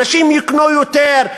אנשים יקנו יותר,